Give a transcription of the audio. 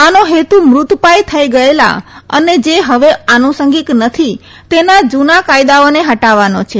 આનો હેતુ મૃતપાય થઈ ગયેલા અને જે હવે આનુસંગિક નથી તેના જૂના કાયદાઓને હટાવવાનો છે